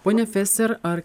ponia feser ar